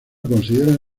consideran